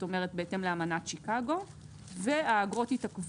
כלומר בהתאם לאמנת שיקגו; והאגרות התעכבו.